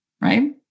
right